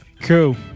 Cool